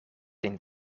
een